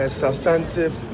substantive